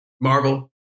Marvel